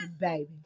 baby